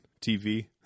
TV